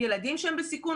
ילדים שהם בסיכון,